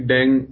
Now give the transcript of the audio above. Deng